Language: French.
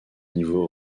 niveau